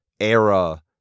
era